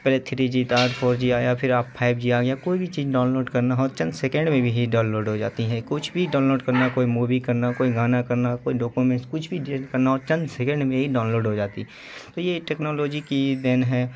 پہلے three G تھا آج فور جی آیا پھر آپ پھائیو جی آ گیا کوئی بھی چیز ڈاؤن لوڈ کرنا ہو چند سیکنڈ میں بھی ہی ڈاؤن لوڈ ہو جاتی ہیں کچھ بھی ڈاؤن لوڈ کرنا کوئی مووی کرنا کوئی گانا کرنا کوئی ڈوکومنٹس کچھ بھی کرنا ہو چند سیکنڈ میں ہی ڈاؤن لوڈ ہو جاتی تو یہ ٹیکنالوجی کی ہی دین ہے